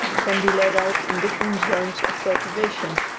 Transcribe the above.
can be laid out in different zones of cultivation,